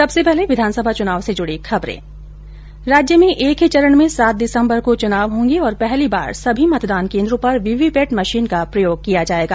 सबसे पहले विधानसभा चुनाव से जुड़ी खबरें राज्य में एक ही चरण में सात दिसम्बर को चुनाव होंगे और पहली बार सभी मतदान केन्द्रों पर वीवी पैट मशीन का प्रयोग किया जायेगा